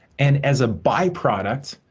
and as a byproduct,